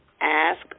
Ask